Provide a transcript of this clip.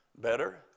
better